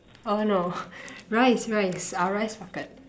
oh no rice rice our rice bucket